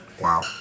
Wow